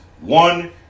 One